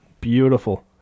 Beautiful